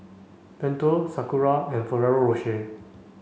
Pentel Sakura and Ferrero Rocher